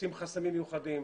לשים חסמים מיוחדים,